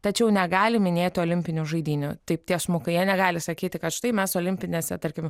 tačiau negali minėti olimpinių žaidynių taip tiesmukai jie negali sakyti kad štai mes olimpinėse tarkim